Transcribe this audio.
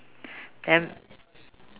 then